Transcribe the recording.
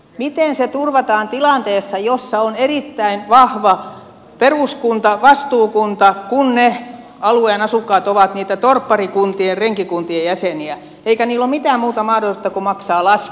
miten ne turvataan tilanteessa jossa on erittäin vahva peruskunta vastuukunta kun ne alueen asukkaat ovat niitä torpparikuntien renkikuntien jäseniä eikä niillä ole mitään muuta mahdollisuutta kuin maksaa lasku